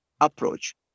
approach